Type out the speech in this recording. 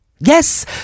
Yes